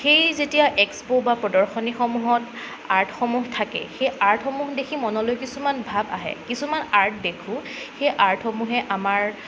সেই যেতিয়া এক্সপ' বা প্ৰদৰ্শনীসমূহত আৰ্টসমূহ থাকে সেই আৰ্টসমূহ দেখি মনলৈ কিছুমান ভাব আহে কিছুমান আৰ্ট দেখো সেই আৰ্টসমূহে আমাৰ